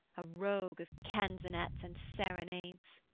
a rogue of canzonets and serenades.